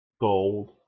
gold